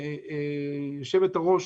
יושבת הראש,